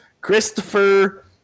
Christopher